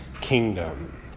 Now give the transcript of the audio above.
kingdom